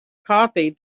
coffee